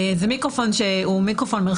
זה מיקרופון מרחבי.